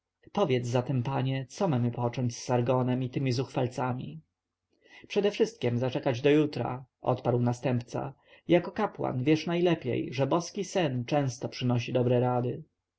powiedz zatem panie co mamy począć z sargonem i tymi zuchwalcami przedewszystkiem zaczekać do jutra odparł następca jako kapłan wiesz najlepiej że boski sen często przynosi dobre rady